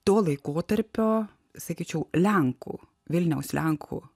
to laikotarpio sakyčiau lenkų vilniaus lenkų